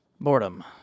Boredom